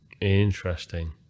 interesting